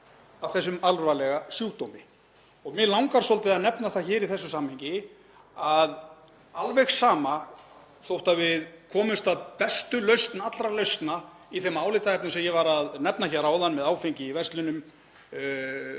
af þessum alvarlega sjúkdómi. Mig langar svolítið að nefna í þessu samhengi að alveg sama þótt við komumst að bestu lausn allra lausna í þeim álitaefnum sem ég var að nefna hér áðan með áfengi í verslunum,